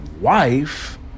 wife